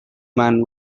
man